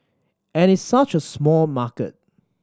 and it's such a small market